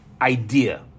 idea